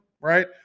right